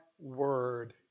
word